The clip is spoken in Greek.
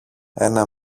ένα